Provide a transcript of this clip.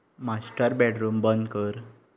master bedroom बंद कर